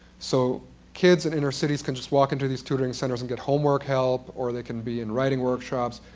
so kids in inner cities can just walk into these tutoring centers and get homework help or they can be in writing workshops.